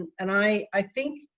and and i, i think,